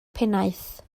pennaeth